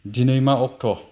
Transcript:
दिनै मा अक्ट'